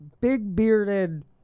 big-bearded